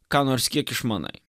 ką nors kiek išmanai